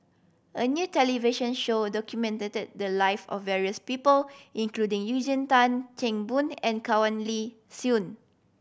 a new television show documented the live of various people including Eugene Tan Kheng Boon and Soin